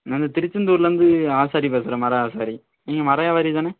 நான் இந்த திருச்செந்தூரிலேருந்து ஆசாரி பேசுகிறேன் மர ஆசாரி நீங்கள் மர வியாபாரி தானே